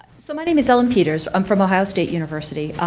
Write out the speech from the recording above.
so, my name is ellen peters, i'm from ohio sate university.